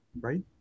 Right